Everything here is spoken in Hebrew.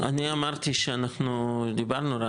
אני אמרתי שאנחנו דיברנו,